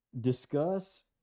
discuss